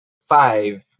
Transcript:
five